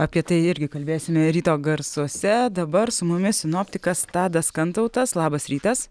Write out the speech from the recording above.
apie tai irgi kalbėsime ryto garsuose dabar su mumis sinoptikas tadas kantautas labas rytas